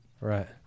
Right